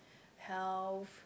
health